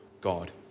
God